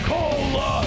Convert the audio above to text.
Cola